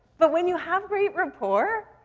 but when you have great rapport,